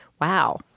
wow